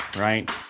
right